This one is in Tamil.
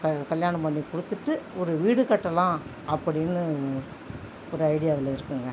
கல்யாணம் பண்ணி கொடுத்துட்டு ஒரு வீடுகட்டலாம் அப்படின்னு ஒரு ஐடியாவில் இருக்கேங்க